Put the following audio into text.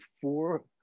four